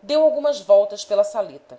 deu algumas voltas pela saleta